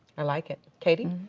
i like it, katie.